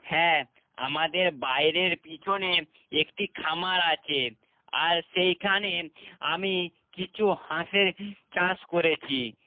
হ্যাঁ আমাদের বাইরের পিছনে একটি খামার আছে আর সেইখানে আমি কিছু হাঁসের চাষ করেছি